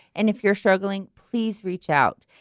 and if you're struggling, please reach out.